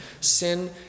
Sin